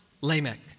Lamech